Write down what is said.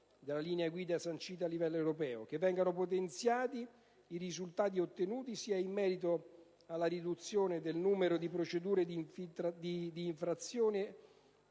alle linee guida sancite a livello europeo; che vengano potenziati i risultati ottenuti sia in merito alla riduzione del numero di procedure di infrazione,